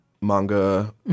manga